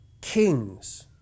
Kings